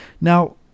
Now